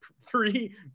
three